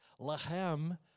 Lahem